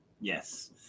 Yes